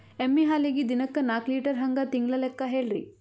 ಎಮ್ಮಿ ಹಾಲಿಗಿ ದಿನಕ್ಕ ನಾಕ ಲೀಟರ್ ಹಂಗ ತಿಂಗಳ ಲೆಕ್ಕ ಹೇಳ್ರಿ?